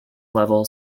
level